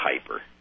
hyper